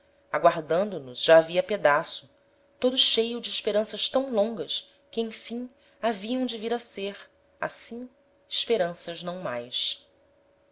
lamentor aguardando nos já havia pedaço todo cheio de esperanças tam longas que emfim haviam de vir a ser assim esperanças não mais